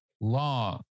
long